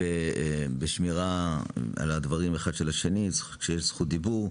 על שמירת הדברים האחד של השני כשיש זכות דיבור,